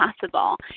possible